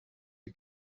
you